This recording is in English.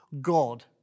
God